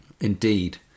Indeed